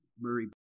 Murray